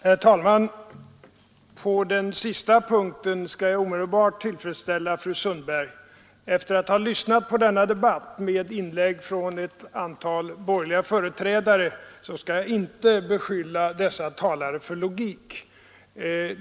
Herr talman! På den sista punkten skall jag omedelbart tillfredsställa fru Sundberg. Efter att ha lyssnat på denna debatt med inlägg från ett antal borgerliga företrädare skall jag inte beskylla dessa talare för logik.